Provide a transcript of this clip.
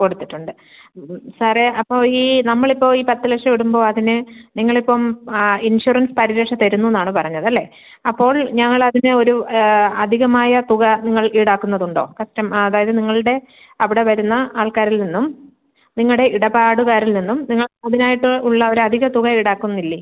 കൊടുത്തിട്ടുണ്ട് സാറേ അപ്പോൾ ഈ നമ്മൾ ഇപ്പോൾ ഈ പത്ത് ലക്ഷം ഇടുമ്പോൾ അതിന് നിങ്ങൾ ഇപ്പം ഇൻഷുറൻസ് പരിരക്ഷ തരുന്നു എന്ന് ആണ് പറഞ്ഞത് അല്ലേ അപ്പോൾ ഞങ്ങൾ അതിന് ഒരു അധികമായ തുക നിങ്ങൾ ഈടാക്കുന്നത് ഉണ്ടോ കസ്റ്റം ആ അതായത് നിങ്ങളുടെ അവിടെ വരുന്ന ആൾക്കാരിൽ നിന്നും നിങ്ങളുടെ ഇടപാടുകാരിൽ നിന്നും നിങ്ങൾ അതിന് ആയിട്ടുള്ള ഒരു അധിക തുക ഈടാക്കുന്നില്ലേ